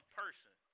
person